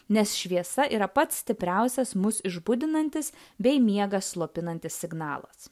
nes šviesa yra pats stipriausias mus išbudinantis bei miegą slopinantis signalas